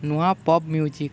ନୂଆ pop music